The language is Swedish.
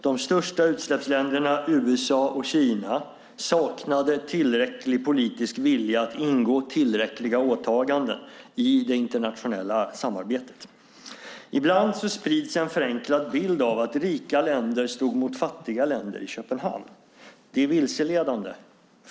De största utsläppsländerna USA och Kina saknade tillräcklig politisk vilja att ingå tillräckliga åtaganden i det internationella samarbetet. Ibland sprids en förenklad bild av att rika länder stod mot fattiga länder i Köpenhamn. Det är vilseledande.